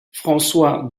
françois